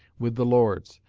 with the lords,